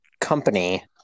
company